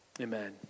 amen